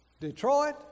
Detroit